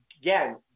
Again